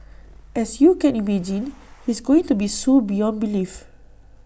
as you can imagine he's going to be sued beyond belief